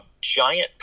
giant